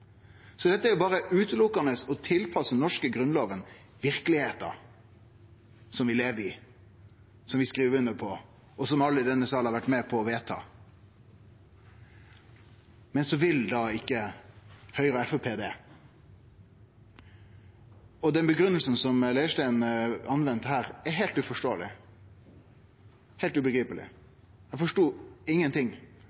Dette handlar berre om å tilpasse den norske grunnlova verkelegheita som vi lever i, som vi skriver under på, og som alle i denne salen har vore med på å vedta. Men Høgre og Framstegspartiet vil altså ikkje det. Og den grunngivinga som representanten Leirstein brukte her, er heilt uforståeleg, heilt